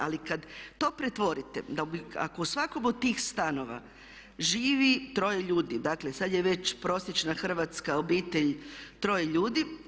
Ali kada to pretvorite, ako u svakom od tih stanova živi troje ljudi, dakle sada je već prosječna hrvatska obitelj troje ljudi.